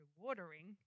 watering